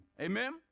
Amen